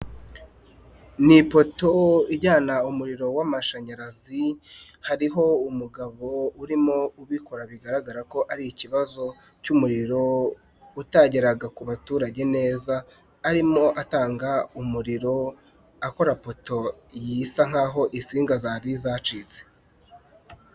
Ni ipoto ijyana umuriro w'amashanyarazi, hariho umugabo urimo ubikora, bigaragara ko ari ikibazo cy'umuriro utageraga ku baturage neza, arimo atanga umuriro akora ipoto isa nkaho imsinga zari zacitse.